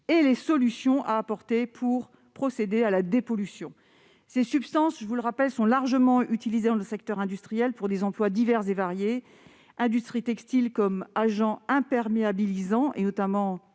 les solutions à apporter pour procéder à la dépollution. Je le rappelle, ces substances sont largement utilisées dans le secteur industriel, pour des emplois divers et variés : dans l'industrie textile, comme agents imperméabilisants, notamment